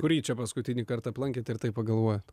kurį čia paskutinį kart aplankėt ir taip pagalvojot